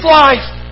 life